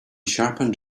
sharpened